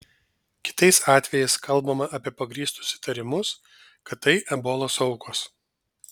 kitais atvejais kalbama apie pagrįstus įtarimus kad tai ebolos aukos